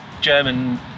German